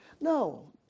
No